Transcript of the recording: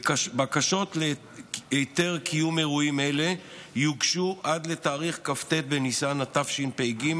בקשות להיתר קיום אירועים אלה יוגשו עד כ"ט בניסן התשפ"ג,